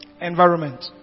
environment